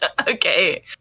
Okay